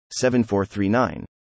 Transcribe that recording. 7439